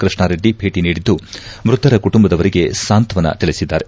ಕೃಷ್ಣಾರೆಡ್ಡಿ ಭೇಟ ನೀಡಿದ್ದು ಮೃತರ ಕುಟುಂಬದವರಿಗೆ ಸಾಂತ್ವನ ತಿಳಿಸಿದ್ದಾರೆ